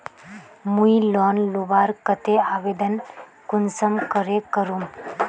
मुई लोन लुबार केते आवेदन कुंसम करे करूम?